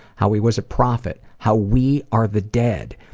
how he was a prophet, how we are the dead.